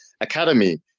academy